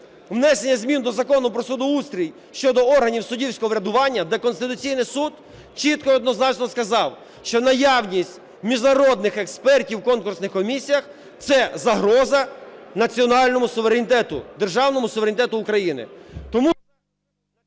внесення змін Закону про судоустрій щодо органів суддівського врядування, де Конституційний Суд чітко і однозначно сказав, що наявність міжнародних експертів в конкурсних комісіях – це загроза національному суверенітету, державному суверенітету України.